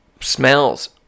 smells